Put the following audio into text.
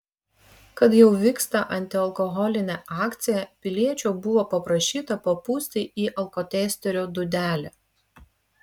kad jau vyksta antialkoholinė akcija piliečio buvo paprašyta papūsti į alkotesterio dūdelę